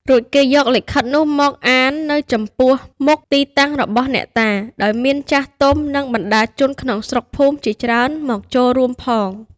រួចគេយកលិខិតនោះមកអាន នៅចំពោះមុខទីតាំងរបស់អ្នកតា ដោយមាន ចាស់ទុំ និង បណ្តាជនក្នុងស្រុកភូមិជាច្រើនមកចូលរួមផង។